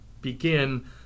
begin